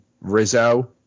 Rizzo